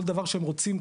כל דבר שהם רוצים,